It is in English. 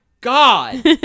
God